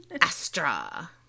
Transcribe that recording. Astra